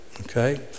Okay